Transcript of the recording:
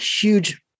huge